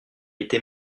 était